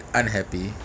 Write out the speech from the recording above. unhappy